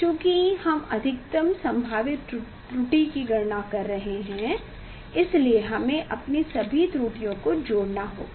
चूँकि हम अधिकतम संभावित त्रुटि की गणना कर रहे हैं इसलिए हमें अपनी सभी त्रुटियों को जोड़ना होगा